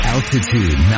Altitude